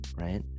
right